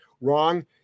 Wrong